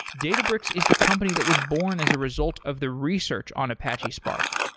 databricks is the company that was born as a result of the research on apache spark.